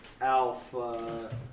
Alpha